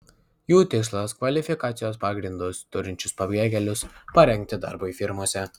jų tikslas kvalifikacijos pagrindus turinčius pabėgėlius parengti darbui firmose